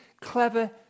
clever